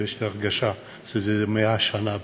ויש לי הרגשה שזה 100 שנה בערך.